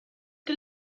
que